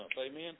amen